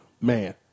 man